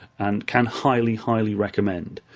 and can highly, highly recommend.